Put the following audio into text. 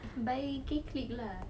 by K clique lah